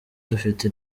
dufite